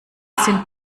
sind